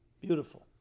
Beautiful